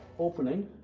opening,